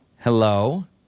Hello